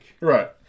Right